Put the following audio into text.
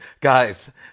guys